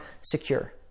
secure